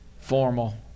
formal